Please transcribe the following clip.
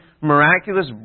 miraculous